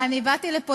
אני באתי לפה